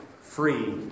free